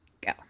go